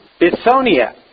Bithonia